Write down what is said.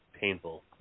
Painful